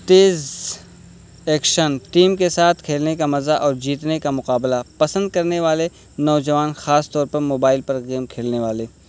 Ts action team کے ساتھ کھیلنے کا مزہ اور جیتنے کا مقابلہ پسند کرنے والے نوجوان خاص طور پر موبائل پر گیم کھیلنے والے